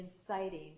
inciting